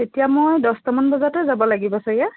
এতিয়া মই দছটামান বজাতে যাব লাগিব ছাগে